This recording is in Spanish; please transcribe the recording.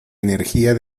energía